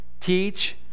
teach